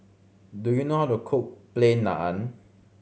do you know how to cook Plain Naan